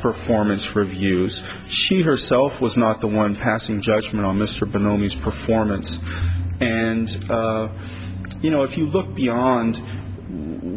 performance reviews she herself was not the one passing judgment on mr ben ami performance and you know if you look beyond